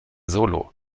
solo